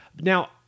now